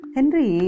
Henry